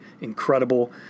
incredible